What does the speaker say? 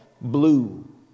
blue